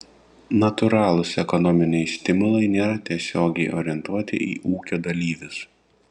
natūralūs ekonominiai stimulai nėra tiesiogiai orientuoti į ūkio dalyvius